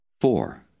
Four